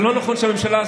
זה לא נכון שהממשלה,